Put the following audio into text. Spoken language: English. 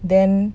then